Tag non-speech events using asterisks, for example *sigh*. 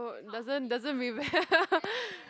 oh doesn't doesn't rebel *laughs*